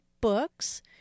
books